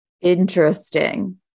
Interesting